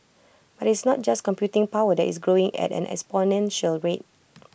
but IT is not just computing power that is growing at an exponential rate